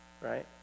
right